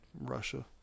Russia